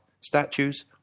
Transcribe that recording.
statues